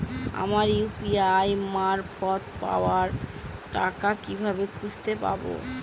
আমার ইউ.পি.আই মারফত পাওয়া টাকা কিভাবে খুঁজে পাব?